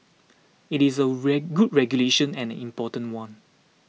it is a red good regulation and an important one